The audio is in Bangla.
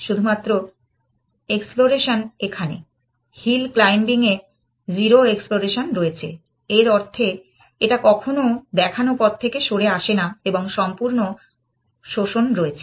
শুধুমাত্র এক্সপ্লোরেশন এখানে হিল ক্লাইম্বিং এ 0 এক্সপ্লোরেশন রয়েছে এক অর্থে এটা কখনো দেখানো পথ থেকে সরে আসেনা এবং সম্পূর্ণ শোষণ রয়েছে